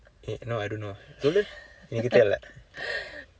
eh no I don't know சொல்லு எனக்கு தெரியவில்:sollu enakku theriyavillai